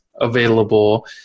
available